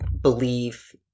believe